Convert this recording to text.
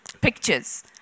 pictures